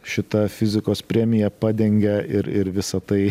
šita fizikos premija padengia ir ir visą tai